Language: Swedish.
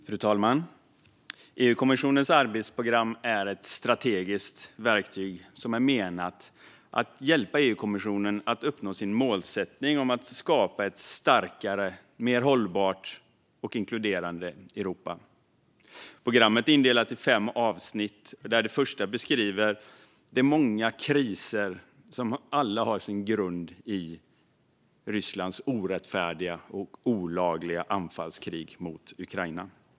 Fru talman! EU-kommissionens arbetsprogram är ett strategiskt verktyg som är menat att hjälpa EU-kommissionen att uppnå sin målsättning att skapa ett starkare, mer hållbart och inkluderande Europa. Programmet är indelat i fem avsnitt där det första beskriver de många kriser som alla har sin grund i Rysslands orättfärdiga och olagliga anfallskrig mot Ukraina.